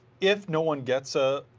if no one gets a